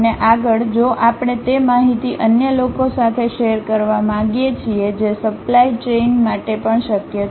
અને આગળ જો આપણે તે માહિતી અન્ય લોકો સાથે શેર કરવા માંગીએ છીએ જે સપ્લાય ચેઈન માટે પણ શક્ય છે